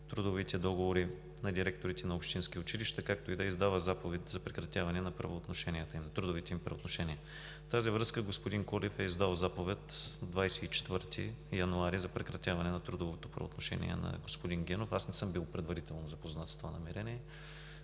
трудовите договори на директорите на общински училища, както и да издава заповед за прекратяване на трудовите им правоотношения. В тази връзка господин Колев е издал заповед от 24 януари за прекратяване на трудовото правоотношение на господин Генов. Не съм бил запознат предварително с това намерение.